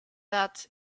that